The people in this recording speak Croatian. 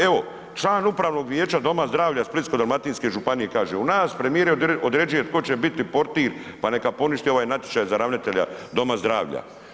Evo, član upravnog vijeća Doma zdravlja Splitsko-dalmatinske županije kao, u nas, premijer određuje tko će biti portir pa neka poništi ovaj natječaj za ravnatelja doma zdravlja.